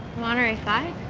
monterey five?